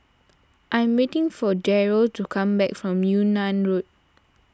I am waiting for Daryle to come back from Yunnan Road